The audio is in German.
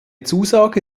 zusage